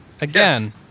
Again